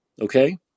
okay